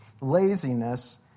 Laziness